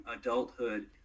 adulthood